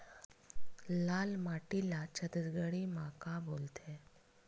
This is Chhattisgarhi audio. लाल माटी ला छत्तीसगढ़ी मा का बोलथे?